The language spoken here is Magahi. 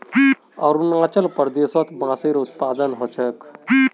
अरुणाचल प्रदेशत बांसेर उत्पादन ह छेक